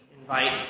invite